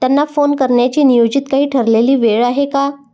त्यांना फोन करण्याची नियोजित काही ठरलेली वेळ आहे का